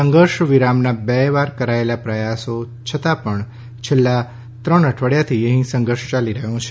સંઘર્ષ વિરામના બે વાર કરાયેલા પ્રયાસો છતાં પણ છેલ્લા ત્રણ અઠવાડિયાથી અહીં સંઘર્ષ ચાલી રહ્યો છે